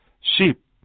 sheep